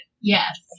yes